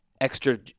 Extra